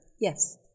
Yes